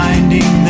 Finding